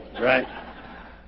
right